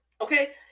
Okay